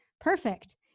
perfect